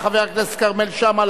חבר הכנסת כרמל שאמה,